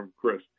Chris